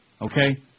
okay